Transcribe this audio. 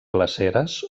glaceres